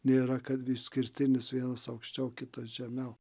nėra kad išskirtinis vienas aukščiau kitas žemiau